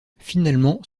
finalement